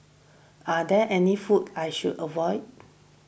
are there any foods I should avoid